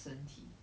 随便